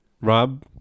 Rob